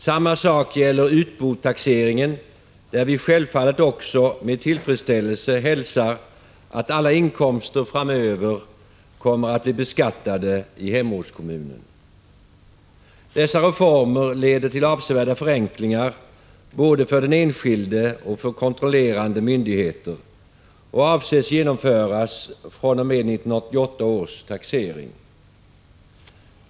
Samma sak gäller utbotaxeringen, där vi självfallet också med tillfredsställelse hälsar att alla inkomster framöver kommer att bli beskattade i hemortskommunen. Dessa reformer leder till avsevärda förenklingar både för den enskilde och för kontrollerande myndigheter och avses genomföras fr.o.m. 1988 års taxering.